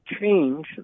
change